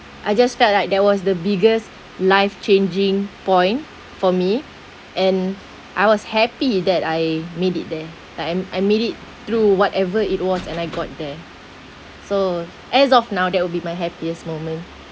I just felt like that was the biggest life-changing point for me and I was happy that I made it there like I'm I made it through whatever it was and I got there so as of now that would be my happiest moment